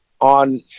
on